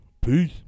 peace